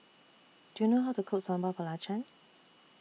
Do YOU know How to Cook Sambal Belacan